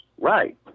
Right